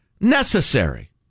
necessary